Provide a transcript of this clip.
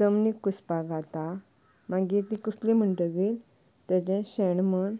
जमनीक कुसपा घालता मागीर ती कुसली म्हणटकीर ताजे शेण म्हण